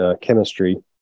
chemistry